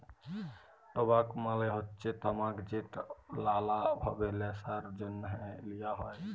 টবাক মালে হচ্যে তামাক যেট লালা ভাবে ল্যাশার জ্যনহে লিয়া হ্যয়